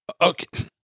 Okay